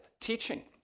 teaching